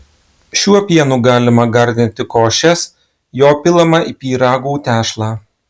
šiuo pienu galima gardinti košes jo pilama į pyragų tešlą